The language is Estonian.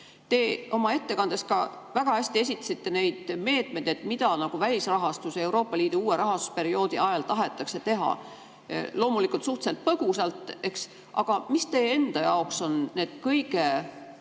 Te oma ettekandes väga hästi esitlesite neid meetmeid, mida välisrahastusega Euroopa Liidu uue rahastusperioodi ajal tahetakse teha. Loomulikult suhteliselt põgusalt, eks. Aga mis teie enda jaoks on need kõige